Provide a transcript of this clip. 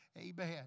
Amen